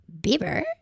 Bieber